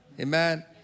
Amen